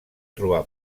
trobar